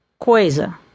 coisa